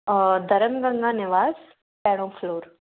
धरन गंगा निवास पहिरों फ़्लॉर